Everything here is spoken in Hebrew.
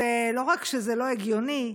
לא רק שזה לא הגיוני,